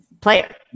player